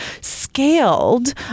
scaled